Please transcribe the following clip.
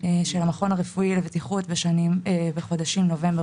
של המכון הרפואי לבטיחות בחודשים נובמבר